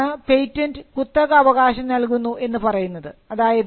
ഈ അർത്ഥത്തിലാണ് പേറ്റൻറ് കുത്തക അവകാശം നൽകുന്നു എന്ന് പറയുന്നത്